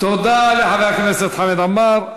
תודה לחבר הכנסת חמד עמאר.